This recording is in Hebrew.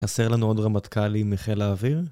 חסר לנו עוד רמטכ״לים מחל האוויר?